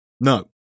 No